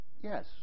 yes